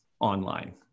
online